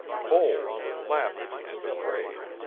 bold, laughing, and afraid,